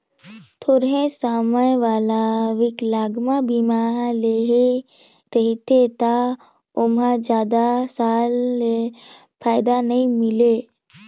थोरहें समय वाला विकलांगमा बीमा लेहे रहबे त ओमहा जादा साल ले फायदा नई मिले